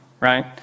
right